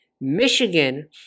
Michigan